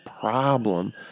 problem